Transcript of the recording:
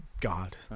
God